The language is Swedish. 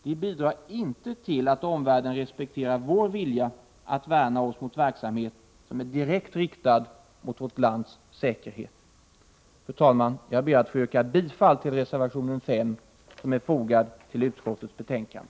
De bidrar inte till att omvärlden respekterar vår vilja att värna oss mot verksamhet som är direkt riktad mot vårt lands säkerhet. Fru talman! Jag ber att få yrka bifall till reservationen 5 som är fogad till utskottets betänkande.